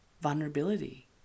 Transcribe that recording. vulnerability